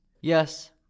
yes